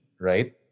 right